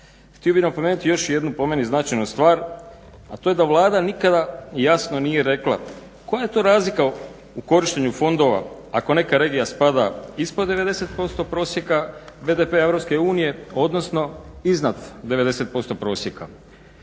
Htio bi napomenuti još jednu po meni značajnu stvar, a to je da Vlada nikada jasno nije rekla koja je to razlika u korištenju fondova ako neka regija spada ispod 90%, prosjeka BDP-a EU, odnosno iznad 90% prosjeka.